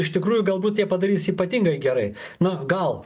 iš tikrųjų galbūt jie padarys ypatingai gerai na gal